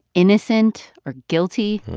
innocent or guilty.